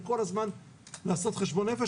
וכל הזמן לעשות חשבון נפש,